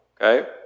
okay